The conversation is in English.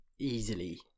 Easily